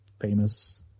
famous